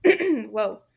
whoa